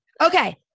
Okay